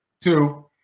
Two